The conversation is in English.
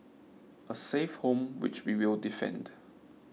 a safe home which we will defend